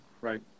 Right